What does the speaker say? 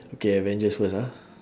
okay avengers first ah